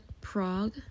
Prague